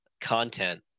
content